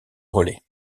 relais